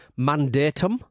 mandatum